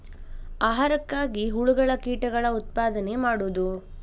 ಆಹಾರಕ್ಕಾಗಿ ಹುಳುಗಳ ಕೇಟಗಳ ಉತ್ಪಾದನೆ ಮಾಡುದು